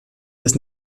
des